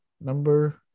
number